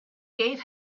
gave